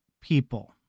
people